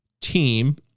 team